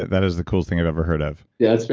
that is the coolest thing i have ever heard of yeah,